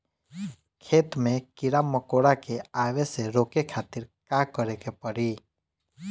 खेत मे कीड़ा मकोरा के आवे से रोके खातिर का करे के पड़ी?